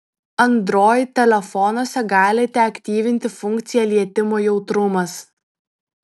android telefonuose galite aktyvinti funkciją lietimo jautrumas